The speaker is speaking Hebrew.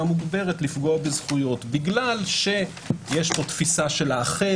מוגברת לפגוע בזכויות בגלל שיש פה תפיסה של האחר,